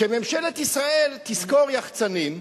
שממשלת ישראל תשכור יחצנים,